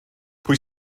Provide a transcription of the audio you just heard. pwy